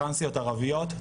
טרנסיות ערביות,